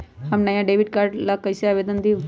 हम नया debit card ला कईसे आवेदन दिउ?